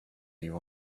you